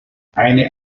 eine